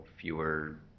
fewer